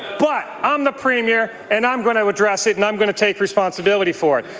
but i'm the premier, and i'm going to address it and i'm going to take responsibility for